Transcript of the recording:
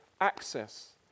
access